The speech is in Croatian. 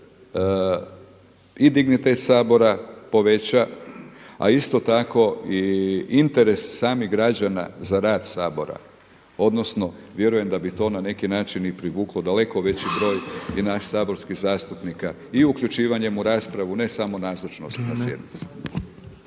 i dignitet Sabora poveća, a isto tako i interes samih građana za rad Sabora odnosno vjerujem da bi to na neki način i privuklo daleko veći broj i nas saborskih zastupnika i uključivanjem u raspravu ne samo nazočnost na sjednici.